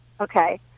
Okay